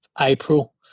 april